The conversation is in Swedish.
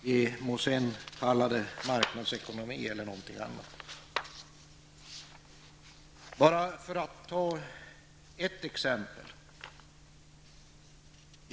Det må sedan kallas marknadsekonomi eller vad det nu kan vara! För att ta ett exempel vill jag nämna följande.